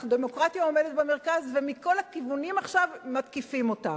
הדמוקרטיה עומדת במרכז ומכל הכיוונים עכשיו מתקיפים אותה.